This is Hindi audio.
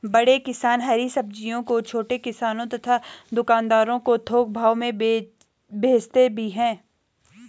बड़े किसान हरी सब्जियों को छोटे किसानों तथा दुकानदारों को थोक भाव में भेजते भी हैं